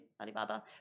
Alibaba